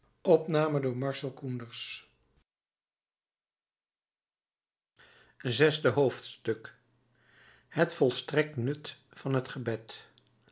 zesde hoofdstuk het volstrekt nut van het gebed